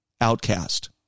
outcast